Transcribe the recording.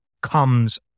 comes